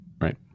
right